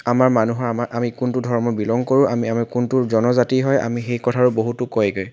আমাৰ মানুহৰ আমাৰ আমি কোনটো ধৰ্ম বিলং কৰোঁ আমি আমি কোনটো জনজাতি হয় আমি সেই কথাটো বহুতো কয়গৈ